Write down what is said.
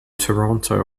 toronto